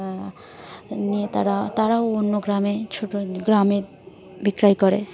নিয়ে তারা তারাও অন্য গ্রামে ছোটো গ্রামে বিক্রয় করে